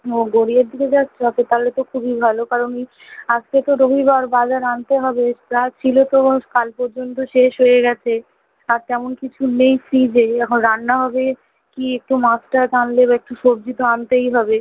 ওহ গড়িয়ার দিকে যাচ্ছ আচ্ছা তাহলে তো খুবই ভালো কারণ আজকে তো রবিবার বাজার আনতে হবে যা ছিল তো কাল পর্যন্ত শেষ হয়ে গেছে আর তেমন কিছু নেই ফ্রিজে এখন রান্না হবে কি একটু মাছ টাছ আনলে বা একটু সবজি তো আনতেই হবে